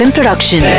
Production